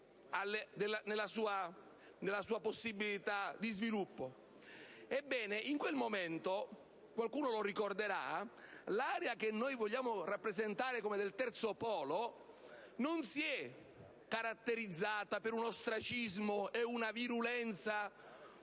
nella sua possibilità di sviluppo? Ebbene, in quel momento - qualcuno lo ricorderà - l'area che noi vogliamo rappresentare come Terzo polo non si è caratterizzata per un ostracismo e una virulenza